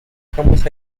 dejamos